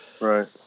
Right